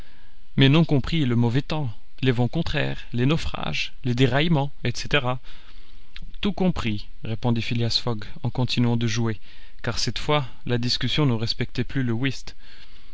mais non compris le mauvais temps les vents contraires les naufrages les déraillements etc tout compris répondit phileas fogg en continuant de jouer car cette fois la discussion ne respectait plus le whist